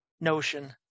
notion